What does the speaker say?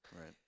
Right